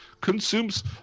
consumes